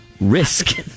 Risk